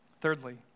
Thirdly